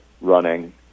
running